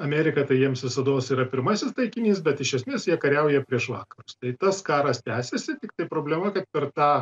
amerika tai jiems visados yra pirmasis taikinys bet iš esmės jie kariauja prieš vakarus tai tas karas tęsiasi tiktai problema kad per tą